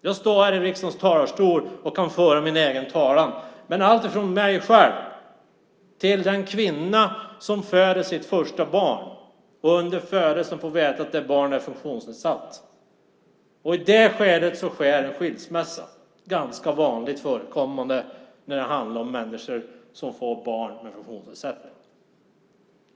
Jag kan föra min egen talan här i riksdagens talarstol, men för mig eller den kvinna som föder sitt första barn och i samband med förlossningen får veta att barnet har en funktionsnedsättning kan en skilsmässa ske. Det är ganska vanligt förekommande när det handlar om människor som får barn med funktionsnedsättning.